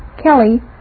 Kelly